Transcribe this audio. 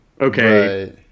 okay